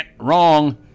Wrong